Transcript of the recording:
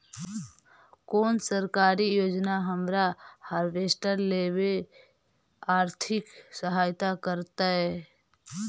कोन सरकारी योजना हमरा हार्वेस्टर लेवे आर्थिक सहायता करतै?